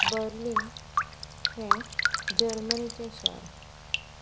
Berlin हें जर्मनीचें शार